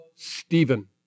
Stephen